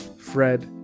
Fred